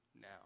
now